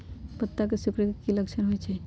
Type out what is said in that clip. पत्ता के सिकुड़े के की लक्षण होइ छइ?